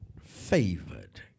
favored